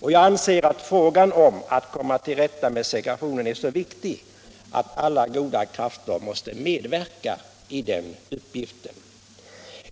Jag anser det så viktigt att komma till rätta med segregationen att alla goda krafter måste medverka i den uppgiften.